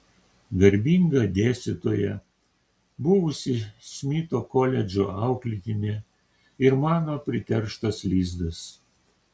garbinga dėstytoja buvusi smito koledžo auklėtinė ir mano priterštas lizdas